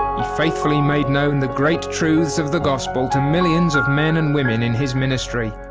ah faithfully made known the great truths of the gospel to millions of men and women in his ministry,